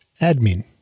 admin